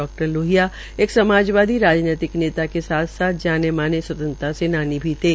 डा लोहिया एक समाजवादी राजनैतिक नेता के साथ साथ जाने माने स्वतंत्रता सेनानी भी थे